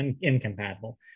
incompatible